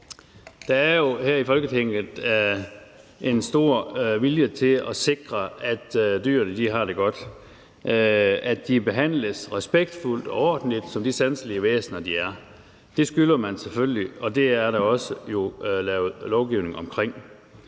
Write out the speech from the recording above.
Der er jo her i Folketinget en stor vilje til at sikre, at dyrene har det godt, og at de behandles respektfuldt og ordentligt som de sanselige væsener, de er. Det skylder man selvfølgelig, og det er der jo også lavet en lovgivning omkring.